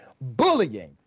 Bullying